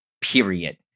period